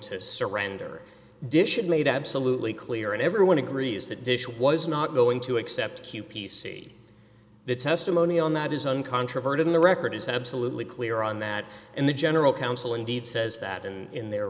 to surrender dish and made absolutely clear and everyone agrees that dish was not going to accept p c the testimony on that is uncontroverted in the record is absolutely clear on that and the general counsel indeed says that and in their